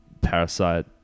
parasite